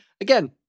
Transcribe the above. Again